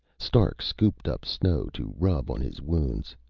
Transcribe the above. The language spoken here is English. stark scooped up snow to rub on his wounds.